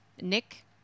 Nick